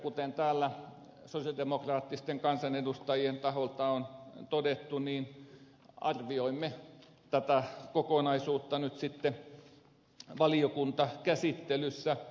kuten täällä sosialidemokraattisten kansanedustajien taholta on todettu arvioimme tätä kokonaisuutta nyt sitten valiokuntakäsittelyssä